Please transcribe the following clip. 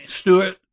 Stewart